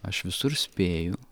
aš visur spėju